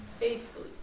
Faithfully